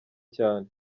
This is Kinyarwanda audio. cyane